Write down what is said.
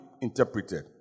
interpreted